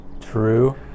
True